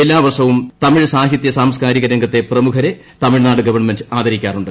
എല്ലാ വർഷവും തമിഴ് സാഹിത്യ സാംസ്കാരിക രംഗത്തെ പ്രമുഖരെ തമിഴ്നാട് ഗവൺമെന്റ് ആദരിക്കാറുണ്ട്